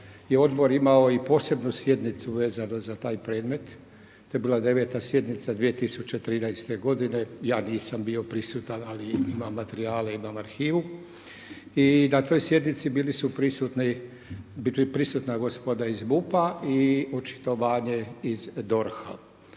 odbor imao i posebnu sjednicu vezanu za taj predmet. To je bila 9. sjednica 2013. godine, ja nisam bio prisutan ali imam materijale, imam arhivu i na toj sjednici bili su prisutna gospoda iz MUP-a i očitovanje iz DORH-a.